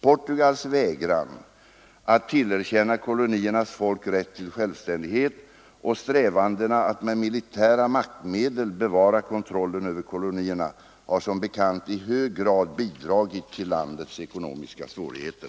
Portugals vägran att tillerkänna koloniernas folk rätt till självständighet och strävandena att med militära maktmedel bevara kontrollen över kolonierna har som bekant i hög grad bidragit till landets ekonomiska svårigheter.